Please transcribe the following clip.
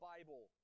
Bible